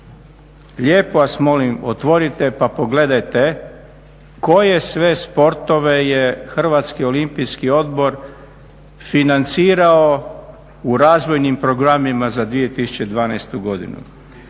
Lijepo vas molim otvorite pa pogledajte koje sve sportove je Hrvatski olimpijski odbor financirao u razvojnim programima za 2012. godinu.